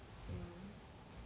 mm